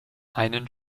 einen